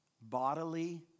bodily